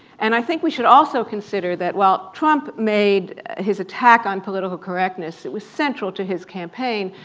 and i think we should also consider that while trump made his attack on political correctness it was central to his campaign,